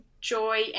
joy